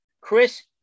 chris